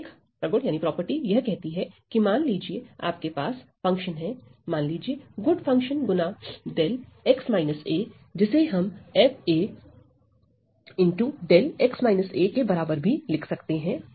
तो एक प्रगुण यह कहता है की मान लीजिए आपके पास फंक्शन है मान लीजिए गुड फंक्शन गुना 𝜹 जिसे हम f𝜹 के बराबर भी लिख सकते हैं